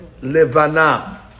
Levana